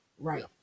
right